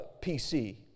PC